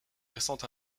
récente